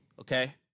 Okay